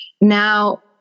Now